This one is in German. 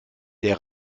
der